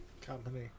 Company